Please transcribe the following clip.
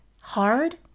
hard